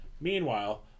Meanwhile